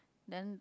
then